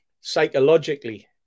Psychologically